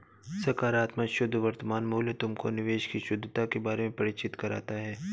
सकारात्मक शुद्ध वर्तमान मूल्य तुमको निवेश की शुद्धता के बारे में परिचित कराता है